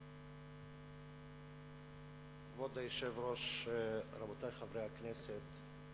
כבוד היושב-ראש, רבותי חברי הכנסת,